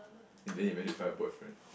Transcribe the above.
then you manage to find a boyfriend